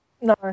No